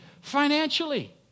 financially